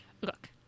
look